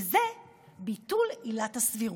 וזה ביטול עילת הסבירות.